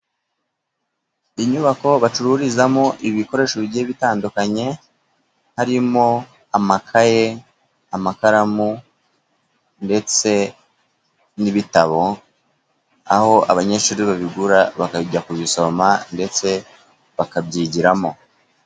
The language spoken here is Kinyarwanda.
Inyubako bacururizamo ibikoresho bigiye bitandukanye harimo: amakaye, amakaramu, ndetse n'ibitabo. Aho abanyeshuri babigura bakajya kubisoma ndetse bakabyigiramo.